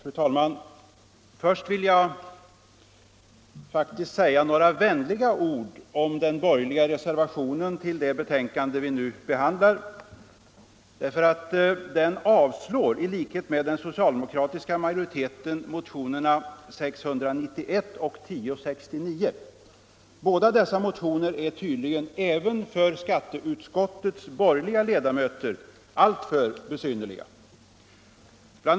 Fru talman! Först vill jag säga några vänliga ord om den borgerliga reservationen till det betänkande vi nu behandlar. Den avstyrker, i likhet med den socialdemokratiska majoriteten, motionerna 691 och 1069. Båda dessa motioner är tydligen även för skatteutskottets borgerliga ledamöter alltför besynnerliga. Bl.